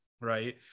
Right